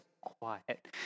quiet